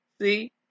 see